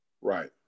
Right